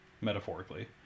metaphorically